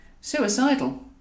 Suicidal